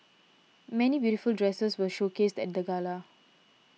many beautiful dresses were showcased at the gala